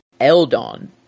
Eldon